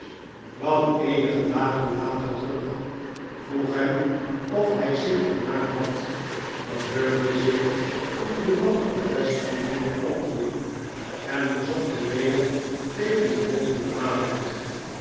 kwam eenige dagen later terug vroeg hem of hij zich vermaakt had verheugde zich toen grimaldi bevestigend hierop antwoordde en verzocht hem weder tegen den volgenden avond